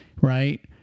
right